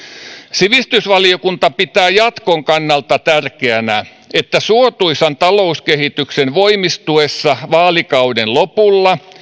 sivistysvaliokunta pitää jatkon kannalta tärkeänä että suotuisan talouskehityksen voimistuessa vaalikauden lopulla